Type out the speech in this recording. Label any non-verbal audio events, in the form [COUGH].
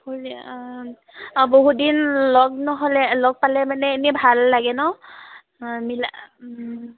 অঁ [UNINTELLIGIBLE] বহুত দিন লগ নহ'লে লগ পালে মানে এনেই ভাল লাগে ন মিলা